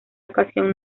ocasión